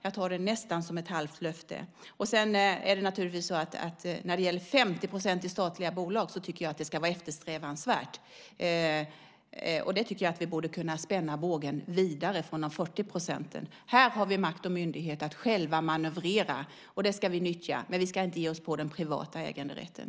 Jag tar det nästan som ett halvt löfte. När det sedan gäller 50 % i statliga bolag är det naturligtvis något som jag tycker är eftersträvansvärt. Här tycker jag att vi borde kunna spänna bågen vidare från de 40 procenten. Här har vi makt och myndighet att själva manövrera, och det ska vi nyttja. Men vi ska inte ge oss på den privata äganderätten.